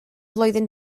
flwyddyn